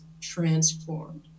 transformed